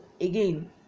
again